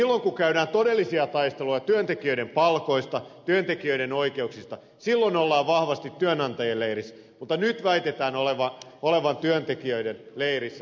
kun käydään todellisia taisteluja työntekijöiden palkoista työntekijöiden oikeuksista silloin ollaan vahvasti työnantajien leirissä mutta nyt väitetään oltavan työntekijöiden leirissä